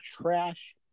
trash